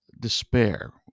despair